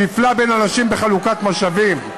שהפלה בין אנשים בחלוקת משאבים,